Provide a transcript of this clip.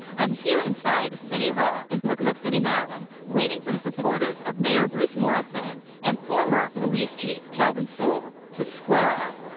i'm here inside the city hall in pocomoke city, maryland, waiting for the supporters of mayor bruce morrison and former police chief kevin sewell, to square off.